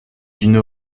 d’une